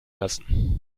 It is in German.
lassen